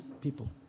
people